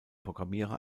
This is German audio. programmierer